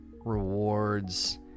rewards